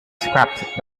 scrapped